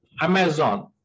Amazon